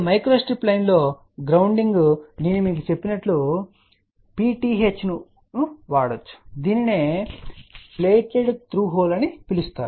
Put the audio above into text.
ఇప్పుడు microstrip లైన్లో grounding నేను మీకు చెప్పినట్లుగా PTH ను వాడవచ్చు దీనిని ప్లేటెడ్ త్రూ హోల్ అని పిలుస్తారు